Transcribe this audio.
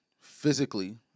physically